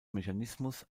mechanismus